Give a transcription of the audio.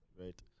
right